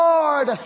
Lord